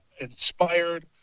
inspired